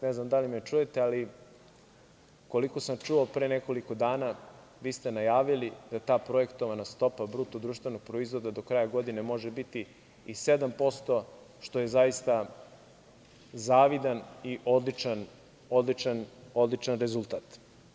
Ne znam da li me čujete, ali koliko sam čuo, pre nekoliko dana vi ste najavili, ta projektovana stopa BDP-a do kraja godine može biti i 7%, što je zaista zavidan i odličan rezultat.